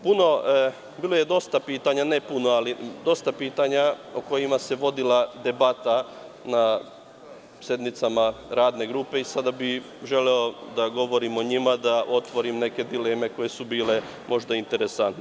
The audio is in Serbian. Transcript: Bilo je dosta pitanja, ne puno, ali dosta pitanja o kojima se vodila debata na sednicama radne grupe i sada bih želeo da govorim o njima, da otvorim neke dileme koje su bile možda interesantne.